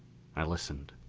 i listened.